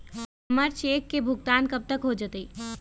हमर चेक के भुगतान कब तक हो जतई